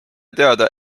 teda